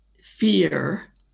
fear